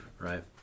Right